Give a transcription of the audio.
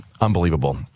unbelievable